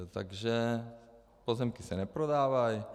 Takže pozemky se neprodávají.